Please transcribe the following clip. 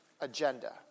agenda